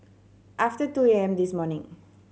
after two A M this morning